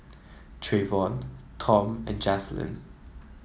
Treyvon Tom and Jaslyn